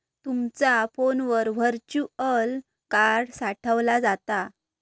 तुमचा फोनवर virtual card साठवला जाता